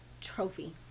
trophy